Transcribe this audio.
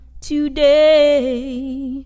today